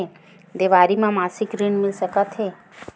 देवारी म मासिक ऋण मिल सकत हे?